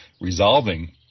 resolving